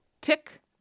tick